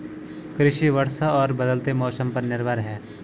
कृषि वर्षा और बदलते मौसम पर निर्भर है